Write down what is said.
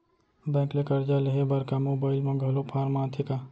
Bank ले करजा लेहे बर का मोबाइल म घलो फार्म आथे का?